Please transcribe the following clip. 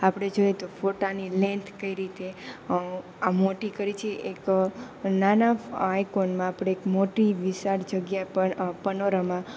આપણે જોઈએ તો ફોટાની લેન્થ કઈ રીતે આ મોટી કરી છે એક નાના આઈકોનમાં આપણે એક મોટી વિશાળ જગ્યા પર પનોરમા